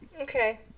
Okay